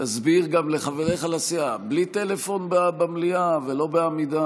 תסביר גם לחבריך לסיעה: בלי טלפון במליאה ולא בעמידה